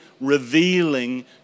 revealing